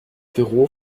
büro